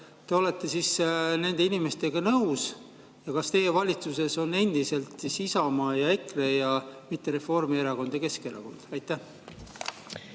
te olete siis nende inimestega nõus ja kas teie valitsuses on endiselt Isamaa ja EKRE, aga mitte Reformierakond ja Keskerakond? Aitäh,